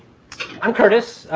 i'm kurtis.